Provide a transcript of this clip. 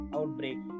Outbreak